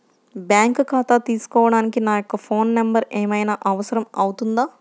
Bank ఖాతా తీసుకోవడానికి నా యొక్క ఫోన్ నెంబర్ ఏమైనా అవసరం అవుతుందా?